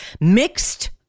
Mixed